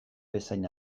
bezain